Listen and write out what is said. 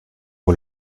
aux